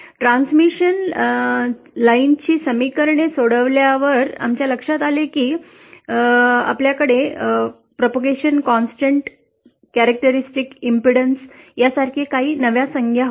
transmission लाईनची समीकरणे सोडवल्यावर आमच्या लक्षात आले की आपल्याकडे प्रचारस्थिर वैशिष्ट्यपूर्ण अडथळा propagation constant characteristic impedance यांसारख्या काही नव्या संज्ञा होत्या